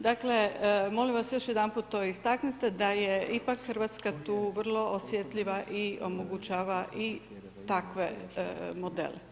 Dakle, molim vas još jedanput to istaknite, da je ipak Hrvatska tu vrlo osjetljiva i omogućava i takve modele.